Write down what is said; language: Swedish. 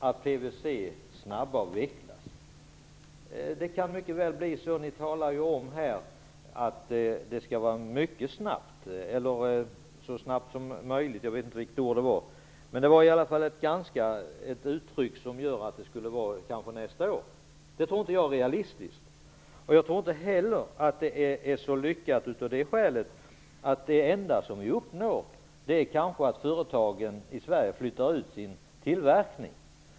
Att snabbavveckla PVC, och det kan mycket väl bli så, ni talar ju om att det skall ske så snabbt som möjligt - jag vet inte vilket ord som användes, men det var i alla fall ett uttryck som innebar att det kanske skulle ske nästa år - tror jag inte är realistiskt. Jag tror inte heller att det är så lyckat av det skälet att det enda som vi kanske uppnår är att företagen i Sverige flyttar ut sin tillverkning.